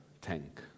tank